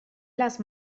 les